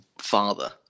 father